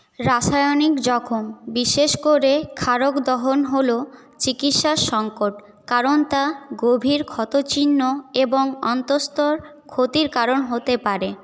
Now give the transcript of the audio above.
রাসায়নিক জখম বিশেষ করে ক্ষারক দহন হল চিকিৎসা সঙ্কট কারণ তা গভীর ক্ষতচিহ্ন এবং অন্তঃস্থ ক্ষতির কারণ হতে পারে